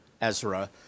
Ezra